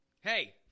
Hey